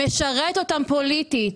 זה משרת אותם פוליטית,